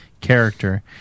character